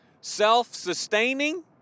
self-sustaining